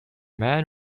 mann